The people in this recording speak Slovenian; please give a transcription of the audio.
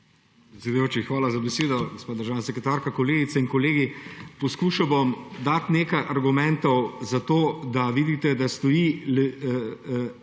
hvala za besedo. Gospa državna sekretarka, kolegice in kolegi! Poskušal bom dati nekaj argumentov, zato da vidite, da amandma